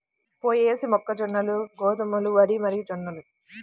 పొయేసీ, మొక్కజొన్న, గోధుమలు, వరి మరియుజొన్నలు